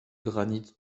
granit